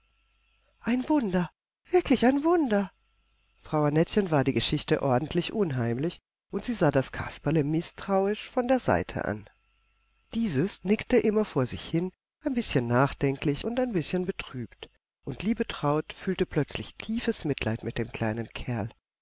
ein wunder wirklich ein wunder frau annettchen war die geschichte ordentlich unheimlich und sie sah das kasperle mißtrauisch von der seite an dieses nickte immer vor sich hin ein bißchen nachdenklich und ein bißchen betrübt und liebetraut fühlte plötzlich tiefes mitleid mit dem kleinen kerl